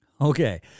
Okay